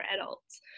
adults